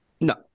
No